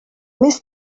més